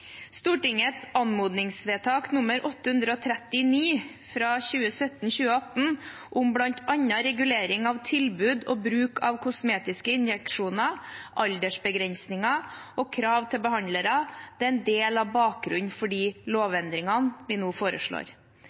Stortingets anmodningsvedtak 839 for 2017–2018, om bl.a. regulering av tilbud og bruk av kosmetiske injeksjoner, aldersbegrensninger og krav til behandlere, er en del av bakgrunnen for lovendringene vi nå foreslår.